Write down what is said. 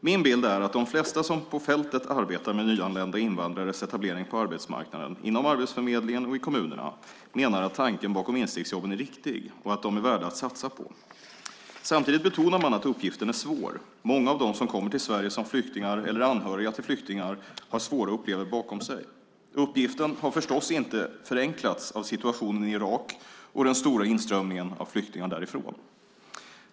Min bild är att de flesta som på fältet arbetar med nyanlända invandrares etablering på arbetsmarknaden, inom arbetsförmedlingen och i kommunerna, menar att tanken bakom instegsjobben är riktig och att de är värda att satsa på. Samtidigt betonar man att uppgiften är svår. Många av dem som kommer till Sverige som flyktingar eller anhöriga till flyktingar har svåra upplevelser bakom sig. Uppgiften har förstås inte förenklats av situationen i Irak och den stora inströmningen av flyktingar därifrån.